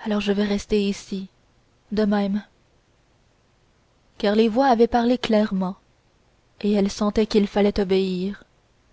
alors je vais rester ici de même car les voix avaient parlé clairement et elle sentait qu'il fallait obéir